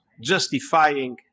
justifying